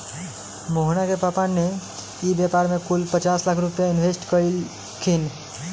मोहना के पापा ने ई व्यापार में कुल पचास लाख रुपईया इन्वेस्ट कइल खिन